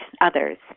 others